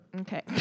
Okay